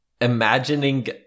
imagining